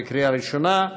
בקריאה ראשונה.